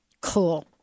Cool